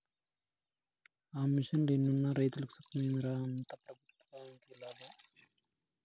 ఆ మిషన్లు ఎన్నున్న రైతులకి సుఖమేమి రా, అంతా పెబుత్వంకే లాభం